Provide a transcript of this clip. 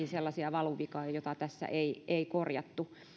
kuitenkin sellaisia valuvikoja joita tässä ei ei korjattu